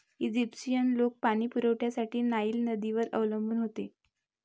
Egyptian लोक पाणी पुरवठ्यासाठी नाईल नदीवर अवलंबून होते